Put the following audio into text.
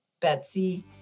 Betsy